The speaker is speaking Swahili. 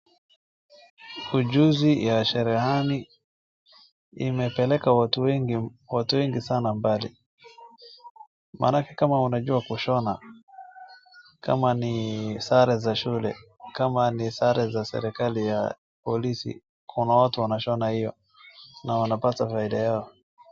Ujuzi ya cherehani imepeleka watu wengi sana mbali. Maanake kama unajua kushona kama ni sare za shule, kama ni sare za serikali ya polisi kuna watu wanashona hio na wanapata faida yao.